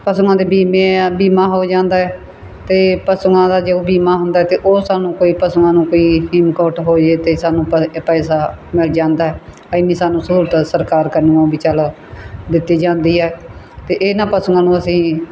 ਪਸ਼ੂਆਂ ਦੇ ਬੀਮੇ ਆ ਬੀਮਾ ਹੋ ਜਾਂਦਾ ਅਤੇ ਪਸ਼ੂਆਂ ਦਾ ਜੋ ਬੀਮਾ ਹੁੰਦਾ ਅਤੇ ਉਹ ਸਾਨੂੰ ਕੋਈ ਪਸ਼ੂਆਂ ਨੂੰ ਕੋਈ ਹੇਮਕੋਟ ਹੋਈਏ ਤਾਂ ਸਾਨੂੰ ਪ ਪੈਸਾ ਮਿਲ ਜਾਂਦਾ ਇੰਨੀ ਸਾਨੂੰ ਸਹੂਲਤ ਸਰਕਾਰ ਵੀ ਚੱਲ ਦਿੱਤੀ ਜਾਂਦੀ ਹੈ ਅਤੇ ਇਹਨਾਂ ਪਸ਼ੂਆਂ ਨੂੰ ਅਸੀਂ